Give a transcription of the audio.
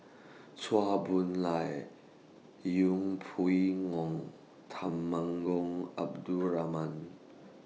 Chua Boon Lay Yeng Pway Ngon Temenggong Abdul Rahman